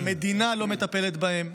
והמדינה לא מטפלת בהם,